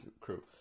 crew